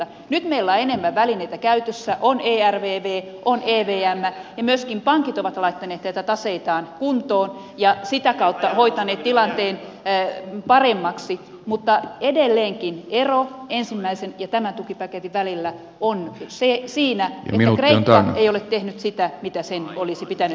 nyt meillä on enemmän välineitä käytössä on ervv on evm ja myöskin pankit ovat laittaneet taseitaan kuntoon ja sitä kautta hoitaneet tilanteen paremmaksi mutta edelleenkin ero ensimmäisen ja tämän tukipaketin välillä on siinä että kreikka ei ole tehnyt sitä mitä sen olisi pitänyt tehdä